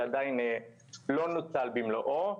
שעדיין לא נוצל במלואו,